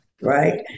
Right